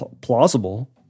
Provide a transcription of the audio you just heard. plausible